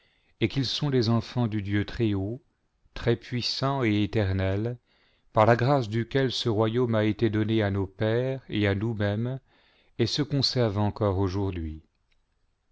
et qu'ils sont les enfants du dieu très haut très puissant et éternel par la grâce duquel ce royaume a été donné à nos pères et à nous-mêmes et se conserve encore aujourd'hui